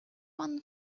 one